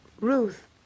Ruth